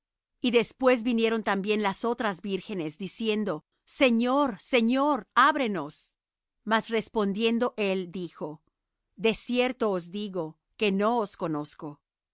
y después vinieron también las otras vírgenes diciendo señor señor ábrenos mas respondiendo él dijo de cierto os digo que no os conozco